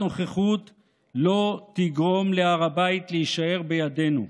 נוכחות לא תגרום להר הבית להישאר בידינו.